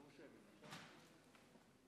שלוש דקות,